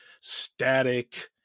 static